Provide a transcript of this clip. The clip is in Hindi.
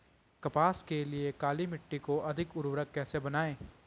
कपास के लिए काली मिट्टी को अधिक उर्वरक कैसे बनायें?